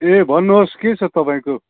ए भन्नुहोस् के छ तपाईँको